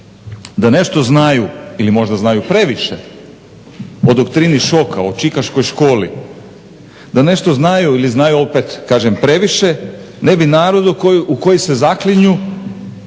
Da nešto znaju ili možda znaju previše o doktrini šoka, o čikaškoj školi, da nešto znaju ili znaju opet kažem previše ne bi narod u koji se zaklinju